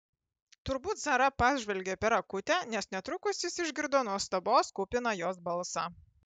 turbūt zara pažvelgė per akutę nes netrukus jis išgirdo nuostabos kupiną jos balsą